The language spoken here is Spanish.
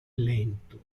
lentos